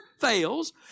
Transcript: fails